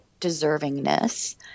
deservingness